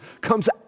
comes